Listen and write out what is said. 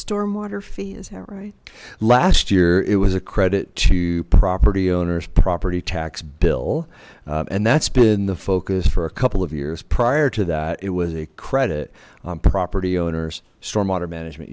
stormwater fee is that right last year it was a credit to property owners property tax bill and that's been the focus for a couple of years prior to that it was a credit on property owners stormwater management